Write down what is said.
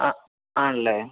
ആ ആണല്ലേ